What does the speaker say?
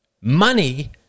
money